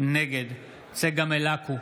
נגד צגה מלקו,